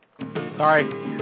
Sorry